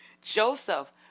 Joseph